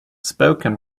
spoken